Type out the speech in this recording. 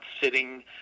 sitting